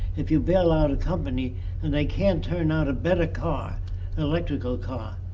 if you bail out a company and they can't turn out a better car an electrical car,